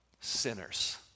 sinners